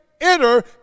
enter